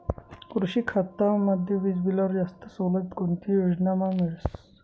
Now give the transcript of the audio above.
कृषी खातामा वीजबीलवर जास्त सवलत कोणती योजनामा मिळस?